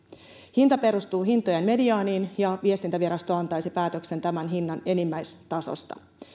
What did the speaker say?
hinta perustuu hintojen mediaaniin ja viestintävirasto antaisi päätöksen tämän hinnan enimmäistasosta